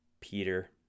Peter